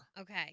Okay